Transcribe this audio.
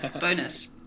Bonus